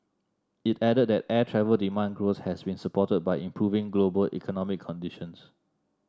it added that air travel demand growth has been supported by improving global economic conditions